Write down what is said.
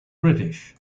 british